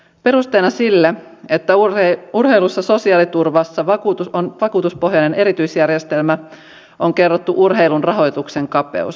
perusteena sille että urheilun sosiaaliturvassa on vakuutuspohjainen erityisjärjestelmä on kerrottu urheilun rahoituksen kapeus